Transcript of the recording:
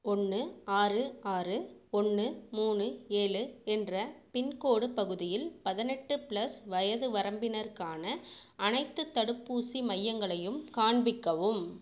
ஒன்று ஆறு ஆறு ஒன்று மூணு ஏழு என்ற பின்கோடு பகுதியில் பதினெட்டு ப்ளஸ் வயது வரம்பினருக்கான அனைத்துத் தடுப்பூசி மையங்களையும் காண்பிக்கவும்